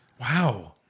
Wow